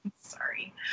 Sorry